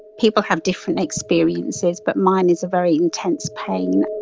people have different experiences but mine is a very intense pain.